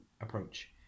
approach